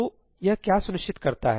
तो यह क्या सुनिश्चित करता है